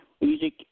music